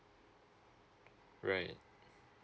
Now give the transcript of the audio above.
right